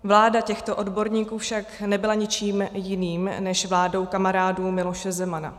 Vláda těchto odborníků však nebyla ničím jiným než vládou kamarádů Miloše Zemana.